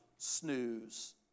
Snooze